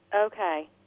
Okay